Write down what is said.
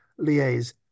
liaise